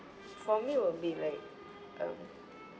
for me will be like um